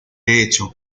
hecho